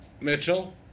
Mitchell